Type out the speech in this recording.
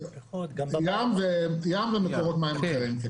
ים ומקורות מים אחרים.